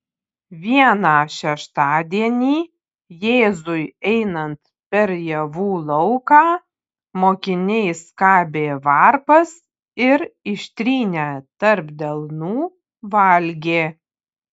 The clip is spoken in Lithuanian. vieną šeštadienį jėzui einant per javų lauką mokiniai skabė varpas ir ištrynę tarp delnų valgė